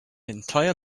entire